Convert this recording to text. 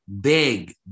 big